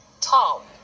tall